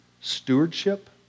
stewardship